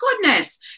goodness